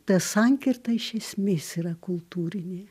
ta sankirta iš esmės yra kultūrinė